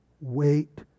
wait